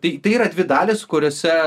tai tai yra dvi dalys kuriose